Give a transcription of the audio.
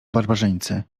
barbarzyńcy